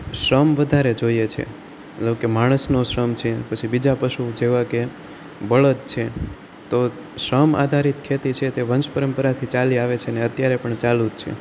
શ્રમ વધારે જોઈએ છે મતલબ કે માણસનો શ્રમ છે પછી બીજા પશુઓ જેવાં કે બળદ છે તો શ્રમ આધારિત ખેતી છે તે વંશ પરંપરાથી ચાલી આવે છે અને અત્યારે પણ ચાલું જ છે